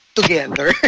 together